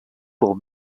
pour